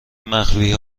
مخفی